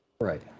Right